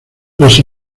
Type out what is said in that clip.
los